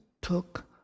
took